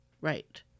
Right